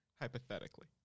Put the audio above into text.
hypothetically